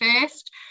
first